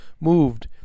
moved